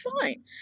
fine